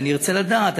ואני ארצה לדעת,